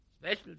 Special